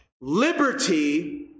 Liberty